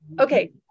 okay